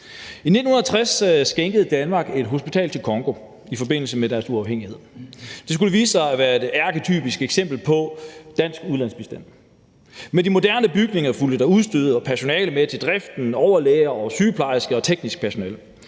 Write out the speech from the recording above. I 1960 skænkede Danmark et hospital til Congo i forbindelse med deres uafhængighed. Det skulle vise sig at være et arketypisk eksempel på dansk ulandsbistand. Med de moderne bygninger fulgte der udstyr og personale med til driften, overlæger og sygeplejersker og teknisk personale.